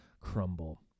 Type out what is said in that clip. crumble